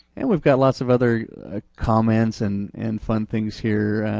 and we've got lots of other ah comments and and fun things here,